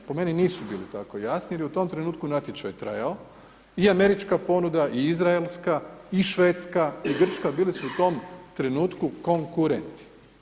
Po meni nisu bili tako jasni jer je u tom trenutku natječaj trajao i američka ponuda i izraelska i švedska i grčka bila su u tom trenutku konkurenti.